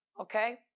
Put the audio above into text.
Okay